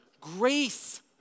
Grace